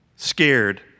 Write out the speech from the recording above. Scared